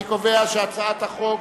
אני קובע שהצעת החוק